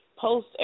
Post